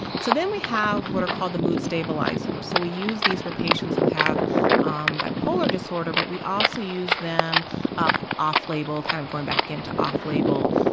so then we have what are called the mood stabilizers, so we use these for patients who have um bipolar disorder, but we also use them ah off label, kind of going back again to off label,